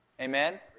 Amen